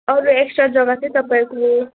अरू एक्सट्रा जग्गा चाहिँ तपाईँको